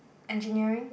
engineering